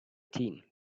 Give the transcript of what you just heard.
tin